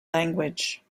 language